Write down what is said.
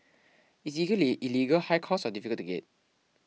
it's either illegal high cost or difficult to get